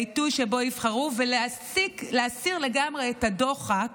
בעיתוי שבו יבחרו, ולהסיר לגמרי את הדוחק